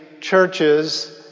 churches